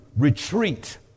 retreat